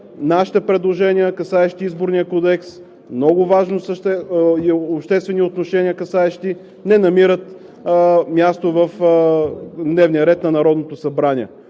нашите предложения, касаещи Изборния кодекс – много важни отношения, не намират място в дневния ред на Народното събрание?